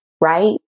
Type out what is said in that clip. right